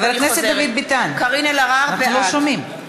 חבר הכנסת דוד ביטן, אנחנו לא שומעים.